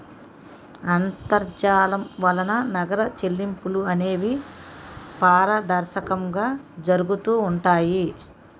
అంతర్జాలం వలన నగర చెల్లింపులు అనేవి పారదర్శకంగా జరుగుతూ ఉంటాయి